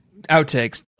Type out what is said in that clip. Outtakes